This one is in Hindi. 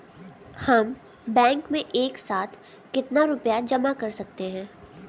हम बैंक में एक साथ कितना रुपया जमा कर सकते हैं?